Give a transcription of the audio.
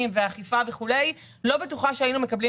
לא זאת הבעיה.